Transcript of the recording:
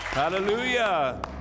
hallelujah